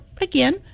again